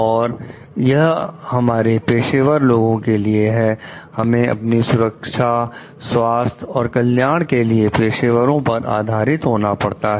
और यह हमारे पेशेवर लोगों के लिए है हमें अपनी सुरक्षा स्वास्थ्य और कल्याण के लिए पेशेवरों पर आधारित होना पड़ता है